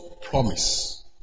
promise